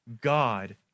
God